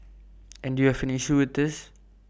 and you have an issue with this